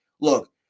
Look